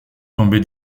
tomber